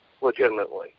legitimately